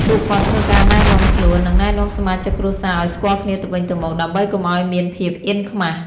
ពួកគាត់ធ្វើការណែនាំខ្លួន និង ណែនាំសមាជិកគ្រួសារឲ្យស្គាល់គ្នាទៅវិញទៅមក ដើម្បីកុំឲ្យមានភាពអៀនខ្មាស។